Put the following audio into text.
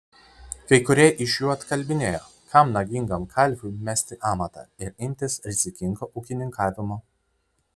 kai kurie iš jų atkalbinėjo kam nagingam kalviui mesti amatą ir imtis rizikingo ūkininkavimo